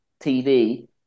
TV